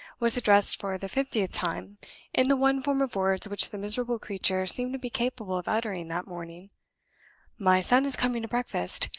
was addressed for the fiftieth time in the one form of words which the miserable creature seemed to be capable of uttering that morning my son is coming to breakfast.